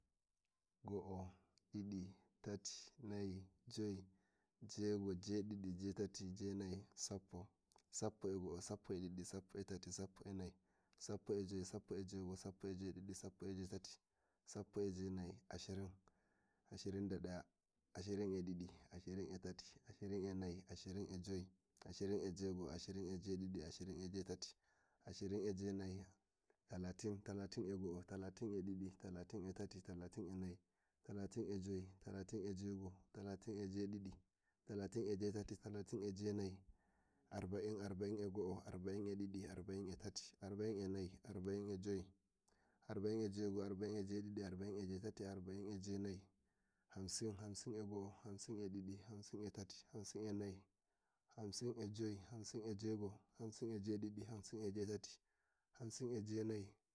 Go'o Ɗiɗi tayi nayi joyi jego'o jedidi jetati jenayi sappo, sappo e go'o, sappo e didi, sappo e tati, sappo e nayi, sappo e joy, sappo e jewe ngo'o, sappo e jewe didi, sappo e jewe tati, sappo e jewe nayi, ashirin, ashirin e go'o, ashirin e didi, ashirin e tati, ashirin e nayi, ashirin e joy, ashirin e jewe go'o, ashirin e jewe didi, ashirin e jewe tati, ashirin e jewe nayi, talatin, talatin e go'o, talatin e didi, talatin e tati, talatin e nayi, talatin e joy, talatin e jewe go'o, talati e didi, talatin e tati, talati e nayi, talatin e joy, talati e jewe go'o jewe didi, talati e jewe tati, talati e jewe nayi, arba'in, arba'in e go'o, arba'in e didi, arba'in e tati, arba'in e nayi, arba'in e joy, arba'in e jewe go'o, arba'in e jewe didi, arba'in e jewe tati, arba'in e jewe nayi, hamsin, hamsin e go'o, hamsin e didi, hamsin e tati, hamsin e nayi, hamsin e joy, hamsin e jewe go'o, hamsin e jewe didi, hamsin e jewe tati, hamsin e jewe nayi